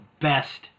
best